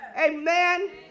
Amen